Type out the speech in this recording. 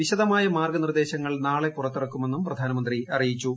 വിശദമായ മാർഗ്ഗനിർദ്ദേശങ്ങൾ നാളെ പുറത്തിറക്കുമെന്നും പ്രധാനമന്ത്രി അറിയിച്ചു